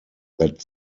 that